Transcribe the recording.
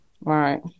Right